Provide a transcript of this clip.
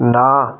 ਨਾ